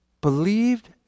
believed